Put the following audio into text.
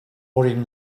worrying